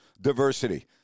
diversity